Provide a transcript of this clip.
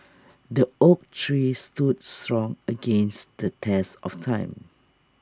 the oak tree stood strong against the test of time